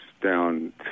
down